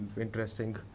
interesting